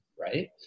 right